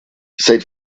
seit